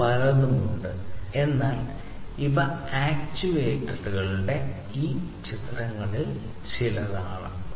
മറ്റു പലതും ഉണ്ട് എന്നാൽ ഇവ ആക്റ്റിവേറ്ററുകളുടെ ഈ ചിത്രങ്ങളിൽ ചിലതാണ്